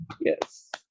yes